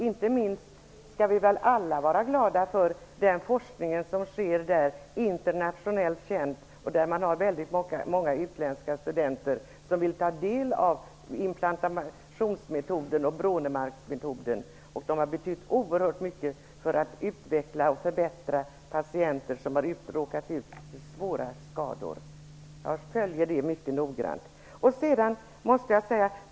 Inte minst skall vi väl alla vara glada för den internationellt kända forskning som sker där, med väldigt många utländska studenter som vill ta del av implantationsmetoden och Brånemarksmetoden. Dessa metoder har betytt oerhört mycket för patienter som har råkat ut för svåra skador. Jag följer denna utveckling mycket noggrant.